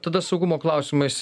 tada saugumo klausimais